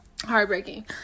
heartbreaking